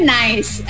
nice